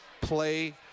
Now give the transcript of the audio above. play